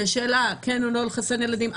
יש שאלה כן או לא לחסן ילדים,